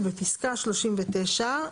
בפסקה 39,